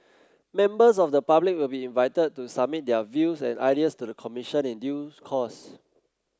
members of the public will be invited to submit their views and ideas to the Commission in due course